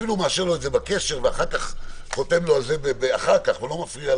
אפילו מאשר לו את זה בקשר ואחר כך חותם לו על זה אחר כך ולא מפריע,